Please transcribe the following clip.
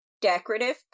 decorative